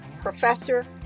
professor